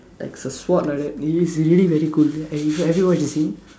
like s~ sword like that he is really very cool and he have you ever watched the scene